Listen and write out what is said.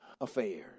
affairs